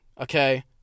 okay